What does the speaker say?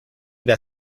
that